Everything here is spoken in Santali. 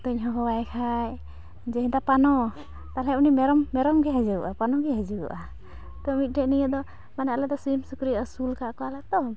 ᱛᱳᱧ ᱦᱚᱦᱚᱣᱟᱭ ᱠᱷᱟᱡ ᱡᱮ ᱦᱮᱸᱫᱟ ᱯᱟᱱᱚ ᱛᱟᱞᱦᱮ ᱩᱱᱤ ᱢᱮᱨᱚᱢ ᱢᱮᱨᱚᱢᱜᱮ ᱦᱮᱡᱩᱜᱼᱟᱭ ᱯᱟᱱᱚ ᱜᱮᱭ ᱦᱮᱡᱩᱜᱚᱼᱟ ᱛᱳ ᱢᱤᱫᱴᱮᱡ ᱱᱤᱭᱟᱹᱫᱚ ᱢᱟᱱᱮ ᱟᱞᱮᱫᱚ ᱥᱤᱢ ᱥᱩᱠᱨᱤ ᱟᱹᱥᱩᱞ ᱟᱠᱟᱫ ᱠᱚᱣᱟᱞᱮ ᱛᱳ